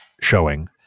showing